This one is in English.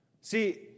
See